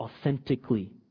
authentically